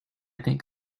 think